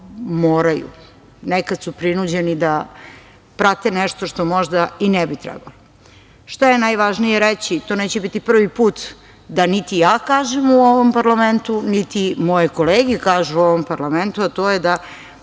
Nekada su prinuđeni da prate nešto što možda i ne bi trebalo. Šta je najvažnije reći, i to neće biti prvi put da niti ja kažem u ovom parlamentu, niti moje kolege kažu u ovom parlamentu, to je da